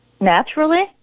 naturally